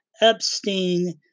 Epstein